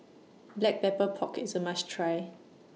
Black Pepper Pork IS A must Try